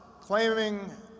claiming